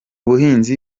buhinzi